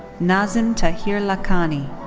nazim tahir lakhani.